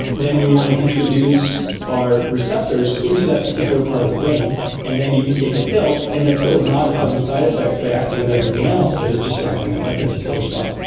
then we want to introduce our receptors into that particular part of the brain and then you can take a pill and that pill is not causing side-effects by acting on everything else but is just acting at that particular spot.